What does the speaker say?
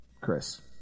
Chris